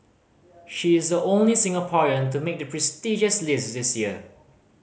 she is the only Singaporean to make the prestigious list this year